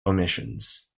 omissions